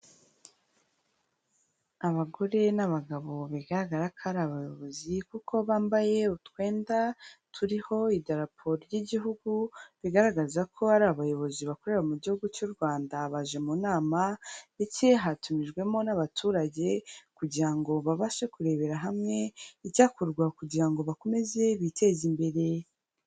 Abagore n'abagabo bigaragara ko ari abayobozi kuko bambaye utwenda turiho idarapo ry'igihugu bigaragaza ko ari abayobozi bakorera mu gihugu cy'u Rwanda, baje mu nama ndetse hatumijwemo n'abaturage kugira ngo babashe kurebera hamwe icyakorwa kugira ngo bakomeze biteze imbere.